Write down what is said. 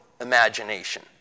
imagination